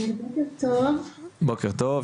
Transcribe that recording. בוקר טוב ותודה.